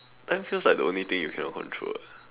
time feels like the only thing you cannot control